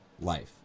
life